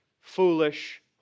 foolish